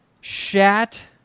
shat